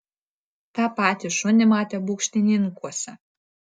tą patį šunį matė baukštininkuose